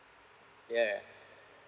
yeah yeah